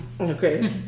Okay